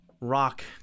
rock